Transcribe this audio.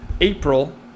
April